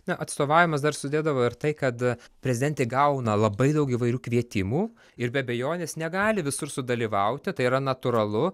na atstovavimas dar sudėdavo ir tai kad prezidentė gauna labai daug įvairių kvietimų ir be abejonės negali visur sudalyvauti tai yra natūralu